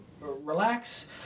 relax